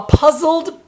puzzled